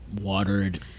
watered